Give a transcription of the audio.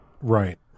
Right